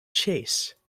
chase